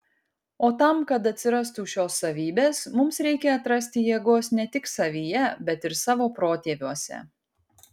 o tam kad atsirastų šios savybės mums reikia atrasti jėgos ne tik savyje bet ir savo protėviuose